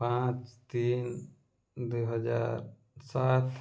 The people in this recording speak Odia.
ପାଞ୍ଚ ତିନି ଦୁଇ ହଜାର ସାତ